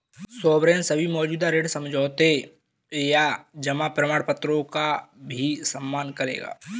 sovereign सभी मौजूदा ऋण समझौतों या जमा प्रमाणपत्रों का भी सम्मान करेगा